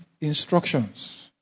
instructions